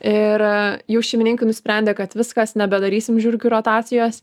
ir jau šeimininkai nusprendė kad viskas nebedarysim žiurkių rotacijos